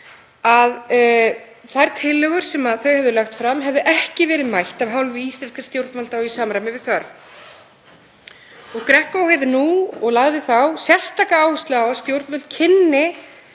að þeim tillögum sem þau höfðu lagt fram hefði ekki verið mætt af hálfu íslenskra stjórnvalda og í samræmi við þörf. GRECO hefur nú og lagði þá sérstaklega áherslu á að stjórnvöld kynntu